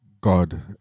God